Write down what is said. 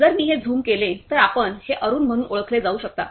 जर मी हे झूम केले तर आपण ते अरुण म्हणून ओळखले जाऊ शकता